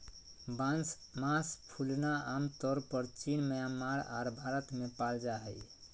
बांस मास फूलना आमतौर परचीन म्यांमार आर भारत में पाल जा हइ